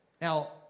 Now